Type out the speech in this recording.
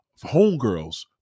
homegirls